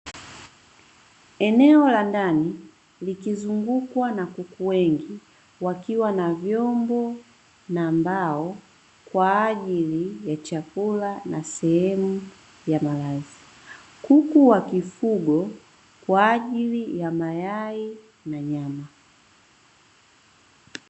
Eneo la ndani likizungukwa na kuku wengi wakiwa na vyombo na mbao kwa ajili ya chakula na sehemu ya malazi. Kuku wakifugwa kwa ajili ya mayai na nyama.